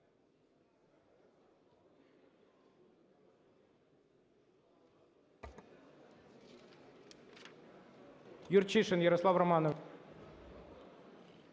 Юрчишин Ярослав Романович.